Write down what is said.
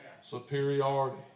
Superiority